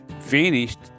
finished